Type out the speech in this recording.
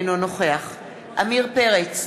אינו נוכח עמיר פרץ,